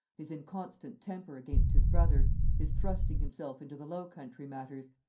his inconstant temper against his brother, his thrusting himself into the low country matters,